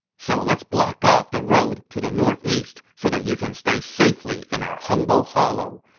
so let's block off the road to the northeast so that you can stay safely in our humble hollow.